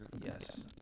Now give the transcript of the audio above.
Yes